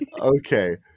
Okay